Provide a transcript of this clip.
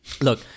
Look